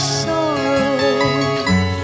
sorrow